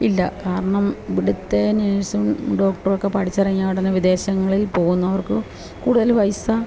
ഇല്ല കാരണം ഇവിടത്തെ നേഴ്സും ഡോക്ടറൊക്കെ പഠിച്ചിറങ്ങിയ ഉടനെ വിദേശങ്ങളിൽ പോകുന്നു അവർക്കു കൂടുതൽ പൈസ